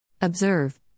Observe